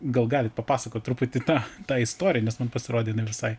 gal galit papasakot truputį tą tą istoriją nes man pasirodė jinai visai